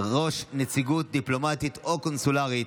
ראש נציגות דיפלומטית או קונסולרית),